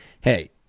Hey